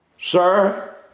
Sir